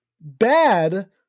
bad